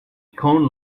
cone